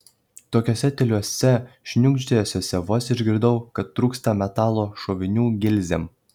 tokiuose tyliuose šiugždesiuos vos išgirdau kad trūksta metalo šovinių gilzėm